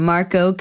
Marco